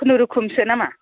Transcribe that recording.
खुनुरोखोमसो नामा